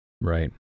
Right